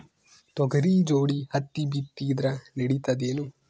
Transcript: ತೊಗರಿ ಜೋಡಿ ಹತ್ತಿ ಬಿತ್ತಿದ್ರ ನಡಿತದೇನು?